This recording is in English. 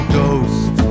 ghost